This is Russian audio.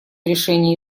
решение